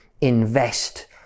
invest